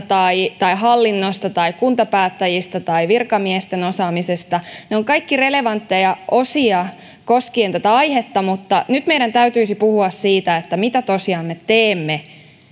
tai hankintalaista tai hallinnosta tai kuntapäättäjistä tai virkamiesten osaamisesta ne ovat kaikki relevantteja osia koskien tätä aihetta mutta nyt meidän täytyisi puhua siitä mitä tosiaan me teemme